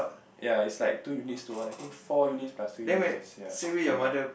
ya it's like two units to one I think four units plus three units ya combined